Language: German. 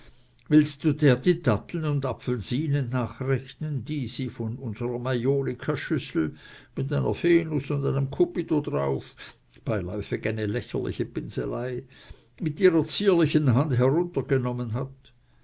willst du der die datteln und apfelsinen nachrechnen die sie von unserer majolikaschüssel mit einer venus und einem cupido darauf beiläufig eine lächerliche pinselei mit ihrer zierlichen hand heruntergenommen hat